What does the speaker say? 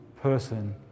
person